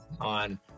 on